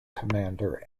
commander